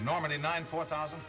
normally nine four thousand